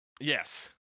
Yes